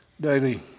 daily